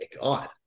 god